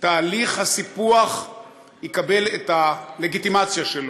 תהליך הסיפוח יקבל את הלגיטימציה שלו,